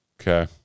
Okay